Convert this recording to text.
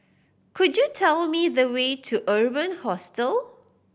could you tell me the way to Urban Hostel